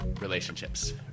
relationships